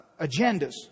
agendas